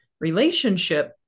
relationship